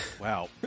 Wow